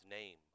name